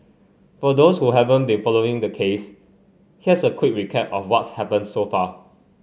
for those who haven't been following the case here's a quick recap of what's happened so far